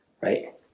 right